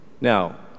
Now